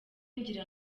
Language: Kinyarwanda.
ngira